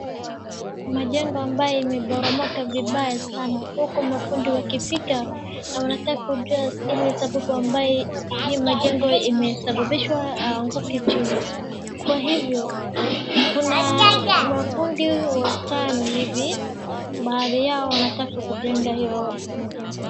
Majengo ambayo imeporomoka vibaya sana, huku mafundi wakifika na wanataka kujua ile sababu ambayo hii majengo imesababishwa anguke chini. Kwa hivyo, kuna mafundi watano hivi, baadhi yao wanataka kujenga hiyo majengo.